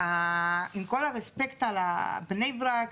עם כל הכבוד לבני ברק,